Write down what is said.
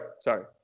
sorry